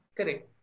Correct